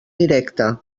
directe